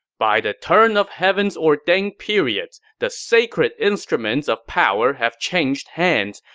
by the turn of heaven's ordained periods, the sacred instruments of power have changed hands,